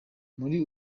muri